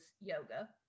yoga